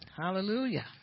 Hallelujah